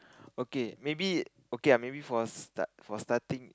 okay maybe okay lah maybe for start for starting